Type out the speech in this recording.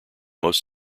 most